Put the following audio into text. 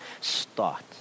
start